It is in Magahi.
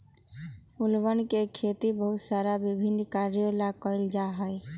फूलवन के खेती बहुत सारा विभिन्न कार्यों ला कइल जा हई